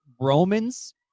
romans